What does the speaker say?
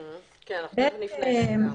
כן, אנחנו תיכף נפנה אליהם גם.